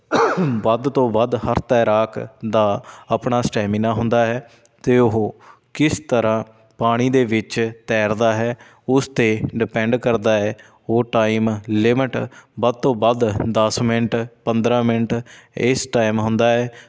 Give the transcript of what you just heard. ਵੱਧ ਤੋਂ ਵੱਧ ਹਰ ਤੈਰਾਕ ਦਾ ਆਪਣਾ ਸਟੈਮੀਨਾ ਹੁੰਦਾ ਹੈ ਅਤੇ ਉਹ ਕਿਸ ਤਰ੍ਹਾਂ ਪਾਣੀ ਦੇ ਵਿੱਚ ਤੈਰਦਾ ਹੈ ਉਸ 'ਤੇ ਡਿਪੈਂਡ ਕਰਦਾ ਹੈ ਉਹ ਟਾਈਮ ਲਿਮਿਟ ਵੱਧ ਤੋਂ ਵੱਧ ਦਸ ਮਿੰਟ ਪੰਦਰਾਂ ਮਿੰਟ ਇਸ ਟਾਈਮ ਹੁੰਦਾ ਹੈ